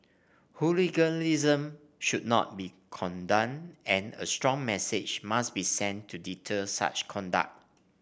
hooliganism should not be condoned and a strong message must be sent to deter such conduct